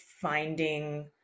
finding